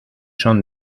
son